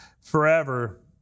forever